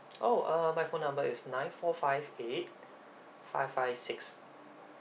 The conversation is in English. oh uh my phone number is nine four five eight five five six